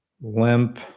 limp